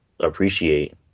appreciate